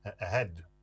ahead